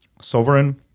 sovereign